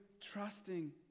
trusting